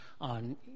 on